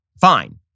fine